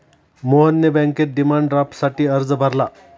मोहनने बँकेत डिमांड ड्राफ्टसाठी अर्ज भरला